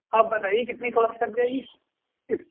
آپ بتائیے کتنی لگ جائے گی